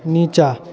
नीचाँ